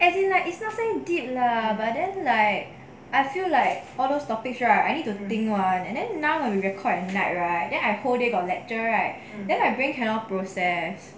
as in like it's not so deep lah but then like I feel like all those topics right I need think lor and then now when you record and write right I whole day got lecture right then my brain cannot process